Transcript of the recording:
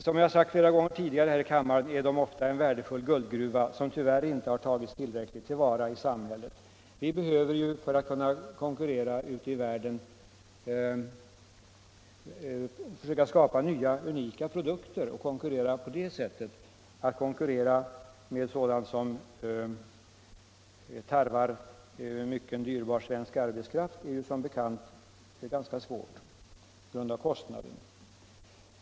Som jag har sagt flera gånger tidigare här i kammaren är de ofta en guldgruva som tyvärr inte tillräckligt tagits till vara i samhället. För att kunna konkurrera ute i världen behöver vi skapa nya unika produkter. Att konkurrera med sådant som tarvar mycken dyrbar svensk arbetskraft är som bekant ganska svårt på grund av kostnaderna.